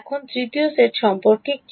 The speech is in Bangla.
এখন তৃতীয় সেট সম্পর্কে কি